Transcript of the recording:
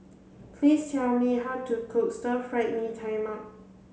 please tell me how to cook stir fried Mee Tai Mak